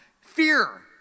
Fear